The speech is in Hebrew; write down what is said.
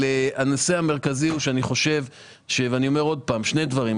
אני אומר שוב שני דברים.